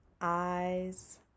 Eyes